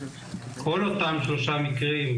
כל אותם שלושה מקרים,